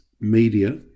media